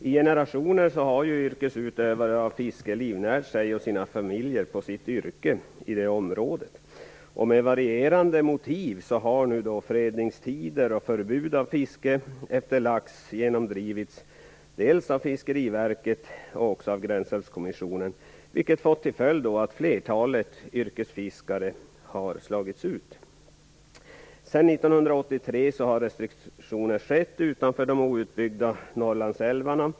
I generationer har yrkesutövare av fiske livnärt sig och sina familjer på sitt yrke i det berörda området. Med varierande motiv har nu fredningstider och förbud av fiske efter lax genomdrivits dels av Fiskeriverket, dels av Gränsälvskommissionen, vilket fått till följd att flertalet yrkesfiskare slagits ut. Sedan 1983 har restriktioner införts utanför de outbyggda Norrlandsälvarna.